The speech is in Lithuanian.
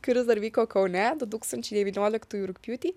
kuris dar vyko kaune du tūkstančiai devynioliktųjų rugpjūtį